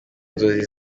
nzozi